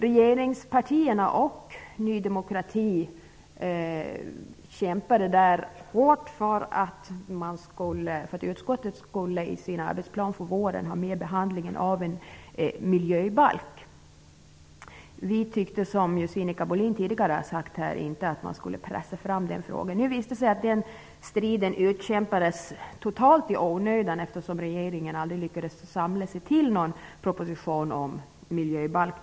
Regeringspartierna och Ny demokrati kämpade hårt för att utskottet skulle ha med i arbetsplanen för våren behandlingen av en miljöbalk. Vi tyckte, som Sinikka Bohlin sade tidigare, att den frågan inte skulle pressas fram. Nu visade det sig att striden utkämpades totalt i onödan, eftersom regeringen aldrig lyckades samla sig till någon proposition om en miljöbalk.